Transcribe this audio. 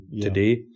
today